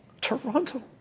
Toronto